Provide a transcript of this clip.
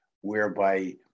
whereby